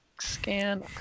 scan